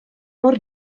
mor